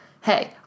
hey